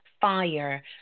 fire